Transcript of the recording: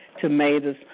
tomatoes